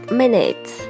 minutes